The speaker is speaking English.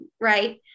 right